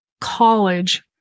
college